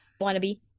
Wannabe